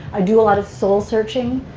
i'd do a lot of soul-searching,